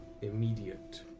immediate